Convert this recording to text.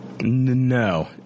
No